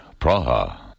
Praha